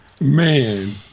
Man